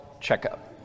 checkup